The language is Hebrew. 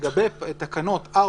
לגבי תקנות 4,